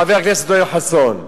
חבר הכנסת יואל חסון.